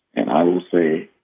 and i will say,